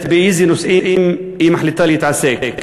באילו נושאים היא מחליטה להתעסק?